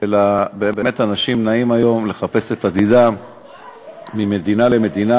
אלא באמת אנשים נעים היום ממדינה למדינה